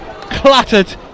clattered